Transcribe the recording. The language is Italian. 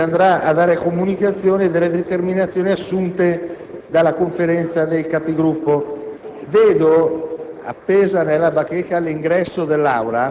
Signor Presidente, a breve lei darà comunicazione delle determinazioni assunte dalla Conferenza dei Capigruppo.